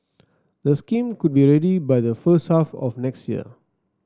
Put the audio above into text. the scheme could be ready by the first half of next year